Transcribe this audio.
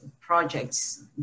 projects